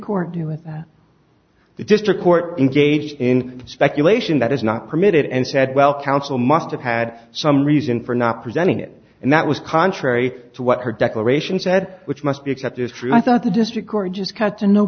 court do with the district court engage in speculation that is not permitted and said well counsel must have had some reason for not presenting it and that was contrary to what her declaration said which must be accepted as truth that the district court has cut to no